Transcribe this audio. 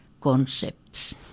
concepts